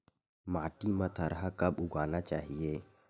माटी मा थरहा कब उगाना चाहिए?